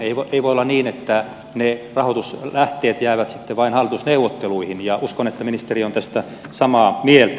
ei voi olla niin että ne rahoituslähteet jäävät sitten vain hallitusneuvotteluihin ja uskon että ministeri on tästä samaa mieltä